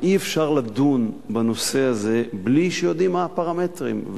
אי-אפשר לדון בנושא הזה בלי שיודעים מה הפרמטרים,